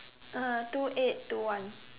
uh two eight two one